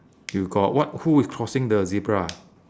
you got what who is crossing the zebra